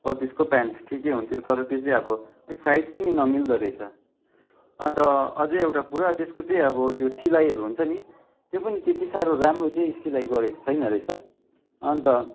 बत्तिसको pant ठिकै हुन्थ्यो तर त्यो चाहिँ अब अलिक साइज पनि नमिल्दो रहेछ अन्त अझै एउटा कुरा त्यसको चाहिँ अब त्यो सिलाइहरू हुन्छ नि त्यो पनि त्यति साह्रो राम्रो चाहिँ सिलाइ गरेको छैन रहेछ अन्त